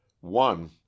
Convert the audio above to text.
One